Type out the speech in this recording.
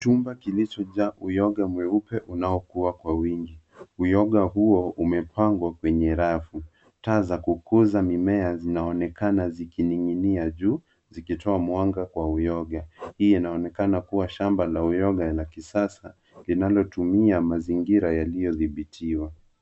Chumba kilichojaa uyoga mweupe unaokua kwa wingi. Uyoga huo umepangwa kwenye rafu. Taa za kukuza mimea zinaonekana zikining'inia juu, zikitoa mwanga kwa uyoga. Hii inaonekana kua shamba la uyoga la kisasa, linalotumia mazingira yaliyodhibitiwa.